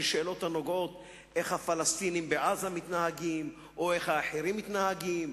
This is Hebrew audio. בשאלות כמו איך הפלסטינים בעזה מתנהגים או איך אחרים מתנהגים,